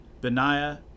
Benaiah